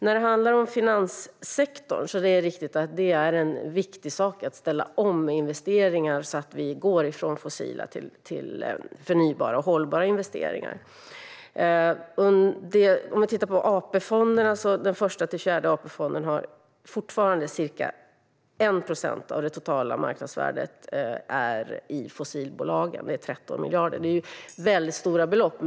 När det gäller finanssektorn stämmer det att det är viktigt att ställa om investeringar så att vi går från investeringar i fossilt till investeringar i förnybart och hållbart. I fråga om AP-fonderna är ca 1 procent av det totala marknadsvärdet i Första-Fjärde-AP-fonden fortfarande i fossilbolagen. Det är 13 miljarder, vilket är väldigt stora belopp.